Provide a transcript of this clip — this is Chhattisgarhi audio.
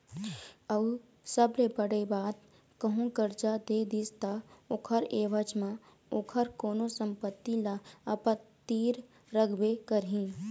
अऊ सबले बड़े बात कहूँ करजा दे दिस ता ओखर ऐवज म ओखर कोनो संपत्ति ल अपन तीर रखबे करही